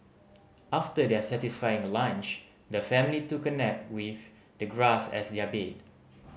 after their satisfying lunch the family took a nap with the grass as their bed